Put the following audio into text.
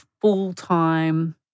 full-time